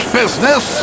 business